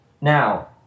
now